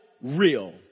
real